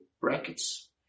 brackets